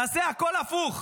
נעשה הכול הפוך?